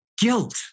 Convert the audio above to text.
guilt